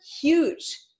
huge